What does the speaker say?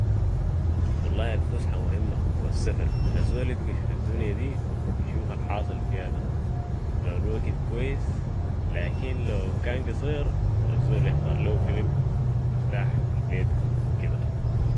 والله الفسحة مهمة و السفر الزول يدقش في الدنيا دي يشوف الحاصل فيها ده ، لو الوكت كويس لكن لو كان قصير الزول يحضر ليه فام يرتاح في البيت وكده.